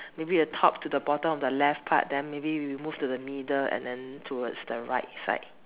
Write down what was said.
maybe the top to the bottom of the left part then maybe we move to the middle and then towards the right side